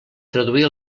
traduir